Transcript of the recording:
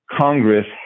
Congress